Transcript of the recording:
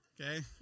Okay